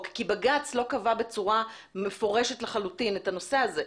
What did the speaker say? כי בג"ץ לא קבע בצורה מפורשת לחלוטין את הנושא הזה.